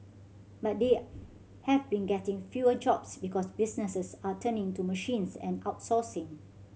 but they have been getting fewer jobs because businesses are turning to machines and outsourcing